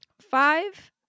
Five